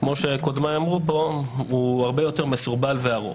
כמו שקודמיי אמרו פה, הוא הרבה יותר מסורבל וארוך.